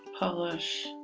publish.